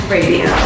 Radio